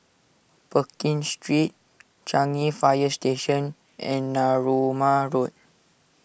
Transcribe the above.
Pekin Street Changi Fire Station and Narooma Road